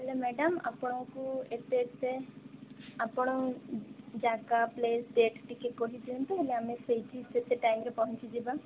ହେଲେ ମ୍ୟାଡମ୍ ଆପଣଙ୍କୁ ଏତେ ଏତେ ଆପଣ ଜାଗା ପ୍ଲେସ୍ ଡେଟ୍ ଟିକେ କହିଦିଅନ୍ତୁ ହେଲେ ଆମେ ସେଇଠି ସେତେ ଟାଇମ୍ରେ ପହଞ୍ଚିଯିବା